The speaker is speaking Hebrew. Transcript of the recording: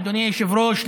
אדוני היושב-ראש,